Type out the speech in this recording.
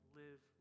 live